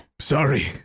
Sorry